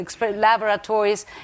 laboratories